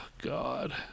God